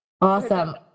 Awesome